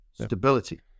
stability